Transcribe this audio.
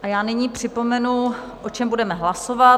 A já nyní připomenu, o čem budeme hlasovat.